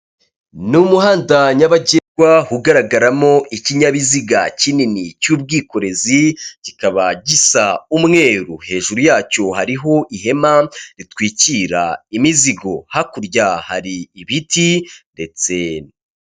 Ni umuhanda nyabagendwa ugaragaramo ikinyabiziga kinini cy'ubwikorezi kikaba gisa umweru, hejuru yacyo hariho ihema ritwikira imizigo. Hakurya hari ibiti ndetse.